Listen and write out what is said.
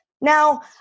Now